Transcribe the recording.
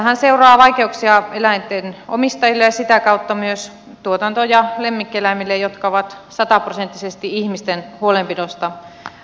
tästähän seuraa vaikeuksia eläinten omistajille ja sitä kautta myös tuotanto ja lemmikkieläimille jotka ovat sataprosenttisesti ihmisten huolenpidosta riippuvaisia